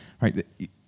right